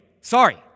Sorry